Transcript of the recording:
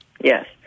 yes